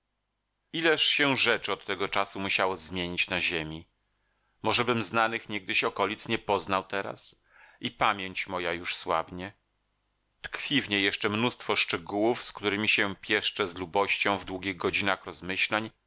ileż się rzeczy od tego czasu musiało zmienić na ziemi możebym znanych niegdyś okolic nie poznał teraz i pamięć moja już słabnie tkwi w niej jeszcze mnóstwo szczegółów z któremi się pieszczę z lubością w długich godzinach rozmyślań